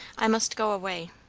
i must go away.